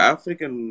African